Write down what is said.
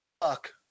fuck